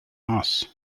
mass